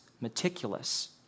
meticulous